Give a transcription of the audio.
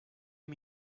amb